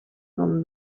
from